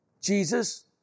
Jesus